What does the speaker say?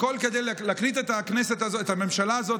הכול כדי להקניט את הממשלה הזאת,